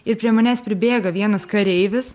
ir prie manęs pribėga vienas kareivis